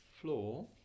floor